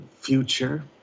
future